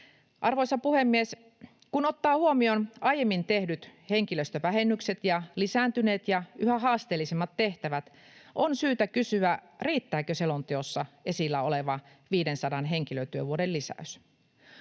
Arvoisa puhemies! Kun ottaa huomioon aiemmin tehdyt henkilöstövähennykset ja lisääntyneet ja yhä haasteellisemmat tehtävät, on syytä kysyä, riittääkö selonteossa esillä oleva 500 henkilötyövuoden lisäys.